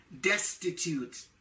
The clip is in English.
destitute